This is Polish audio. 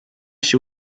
się